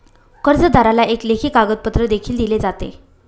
कर्जदाराला एक लेखी कागदपत्र देखील दिले जाते